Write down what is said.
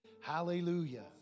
Hallelujah